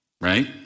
right